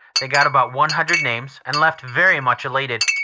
they got about one hundred names and left very much elated.